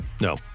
No